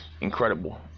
incredible